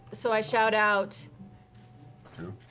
so i shout out two!